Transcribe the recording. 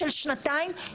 של שנתיים.